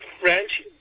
French